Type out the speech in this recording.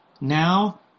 Now